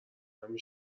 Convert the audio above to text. همین